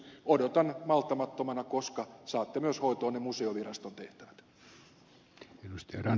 odotan malttamattomana koska saatte hoitoonne myös museoviraston tehtävät